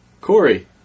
Corey